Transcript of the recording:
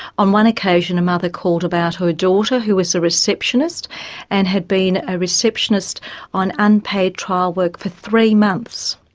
on one occasion a mother called about her daughter who was a receptionist and had been a receptionist on unpaid trial work for three months.